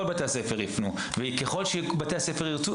בתי הספר בארץ ייפנו וככל שיותר בתי ספר יפנו,